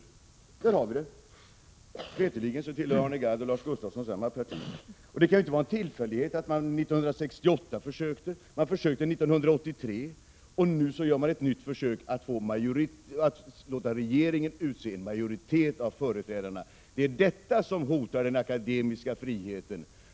Där har vi det. Veterligen tillhör Arne Gadd och Lars Gustafsson samma parti. Det kan inte vara en tillfällighet att man försökte 1968 och 1983 och att man nu gör ett nytt försök att låta regeringen få utse en majoritet av företrädarna. Det är detta som hotar den akademiska friheten.